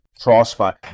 Crossfire